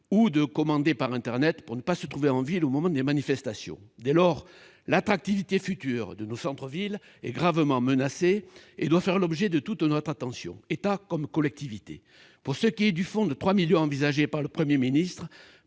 ou de commander par internet, pour ne pas se trouver en ville au moment des manifestations. Dès lors, l'attractivité future de nos centres-villes est gravement menacée et doit faire l'objet de toute l'attention de l'État comme des collectivités. Quant au fonds de 3 millions d'euros envisagé par le Premier ministre